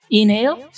Inhale